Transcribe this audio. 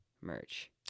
Merch